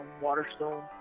Waterstone